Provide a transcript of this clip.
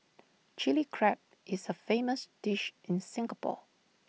Chilli Crab is A famous dish in Singapore